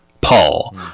Paul